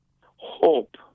hope